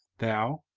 thou,